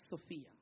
Sophia